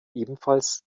ebenfalls